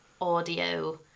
audio